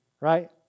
Right